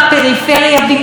חבריו,